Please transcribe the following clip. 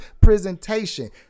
presentation